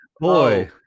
boy